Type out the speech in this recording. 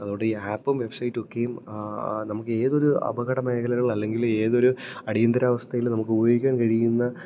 അതുകൊണ്ട് ഈ ആപ്പും വെബ്സൈറ്റുമൊക്കെയും നമുക്കേതൊരു അപകടമേഖലകൾ അല്ലെങ്കിൽ ഏതൊരു അടിയന്തരവസ്ഥയിലും നമുക്ക് ഉപയോഗിക്കാൻ കഴിയുന്ന